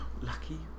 Lucky